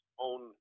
own